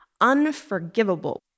unforgivable